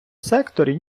секторі